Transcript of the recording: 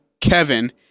Kevin